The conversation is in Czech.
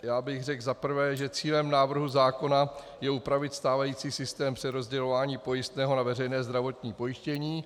Já bych řekl za prvé, že cílem návrhu zákona je upravit stávající systém přerozdělování pojistného na veřejné zdravotní pojištění.